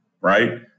right